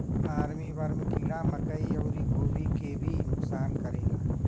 army worm कीड़ा मकई अउरी गोभी के भी नुकसान करेला